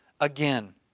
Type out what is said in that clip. again